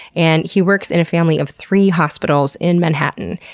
and he works in a family of three hospitals in manhattan.